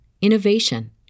innovation